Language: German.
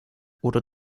oder